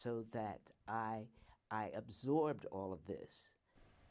so that i i absorbed all of this